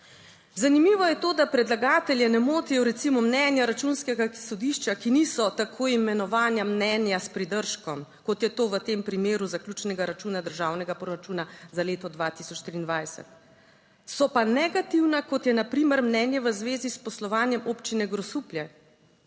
Zanimivo je to, da predlagatelje ne motijo recimo mnenja Računskega sodišča, ki niso tako imenovana mnenja s pridržkom, kot je to v tem primeru zaključnega računa državnega proračuna za leto 2023. So pa negativna, kot je na primer mnenje v zvezi s poslovanjem občine Grosuplje.